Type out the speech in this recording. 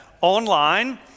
online